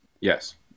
Yes